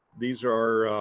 these are,